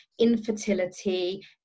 infertility